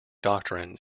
doctrine